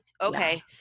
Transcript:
Okay